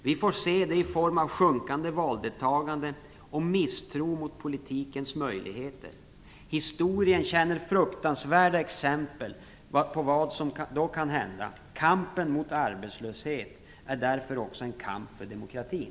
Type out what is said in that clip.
Vi får se det i form av ett sjunkande valdeltagande och en misstro mot politikens möjligheter. Historien känner fruktansvärda exempel på vad som då kan hända. Kampen mot arbetslösheten är därför också en kamp för demokratin.